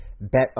Bet